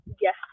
yes